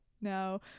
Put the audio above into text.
No